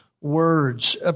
words